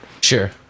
Sure